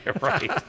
right